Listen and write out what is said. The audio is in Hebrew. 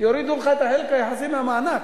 יורידו לך את החלק היחסי מהמענק.